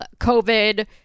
COVID